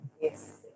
Yes